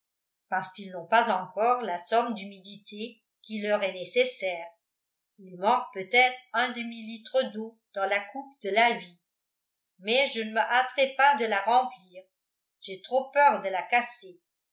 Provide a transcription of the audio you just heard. parce qu'ils n'ont pas encore la somme d'humidité qui leur est nécessaire il manque peut-être un demi litre d'eau dans la coupe de la vie mais je ne me hâterai pas de la remplir j'ai trop peur de la casser